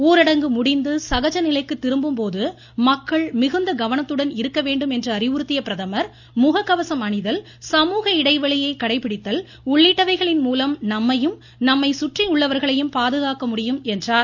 ஊரடங்கு முடிந்து சகஜ நிலைக்கு திரும்பும் போது மக்கள் மிகுந்த கவனத்துடன் இருக்க வேண்டும் என்று அறிவுறுத்திய பிரதமர் முகக்கவசம் அணிதல் சமூக இடைவெளியை கடைபிடித்தல் உள்ளிட்டவைகளின் மூலம் நம்மையும் நம்மை சுற்றியுள்ளவர்களையும் பாதுகாக்க முடியும் என்றார்